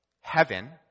heaven